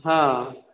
ହଁ